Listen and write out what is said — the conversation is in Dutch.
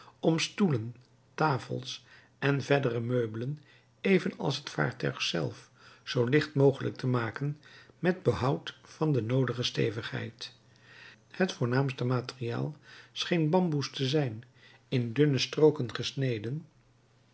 om stoelen tafels en verdere meubelen even als het vaartuig zelf zoo licht mogelijk te maken met behoud van de noodige stevigheid het voornaamste materiaal scheen bamboes te zijn in dunne strooken gesneden